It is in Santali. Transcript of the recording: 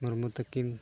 ᱢᱩᱨᱢᱩ ᱛᱟᱹᱠᱤᱱ